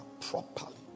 properly